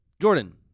Jordan